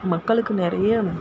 மக்களுக்கு நிறையா